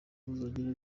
uzagera